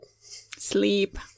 Sleep